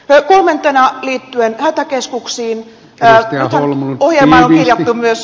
kolmantena liittyen hätäkeskuksiin nythän ohjelmaan on kirjattu myös